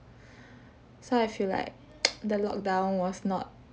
so I feel like the lockdown was not